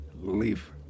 leave